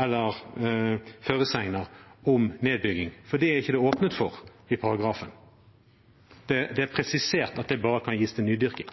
eller føresegner om nedbygging, for det er det ikke åpnet for i paragrafen. Det er presisert at det bare kan gis om nydyrking.